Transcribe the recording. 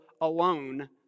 alone